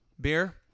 beer